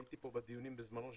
הייתי פה בדיונים בזמנו כשדיברו,